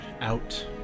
out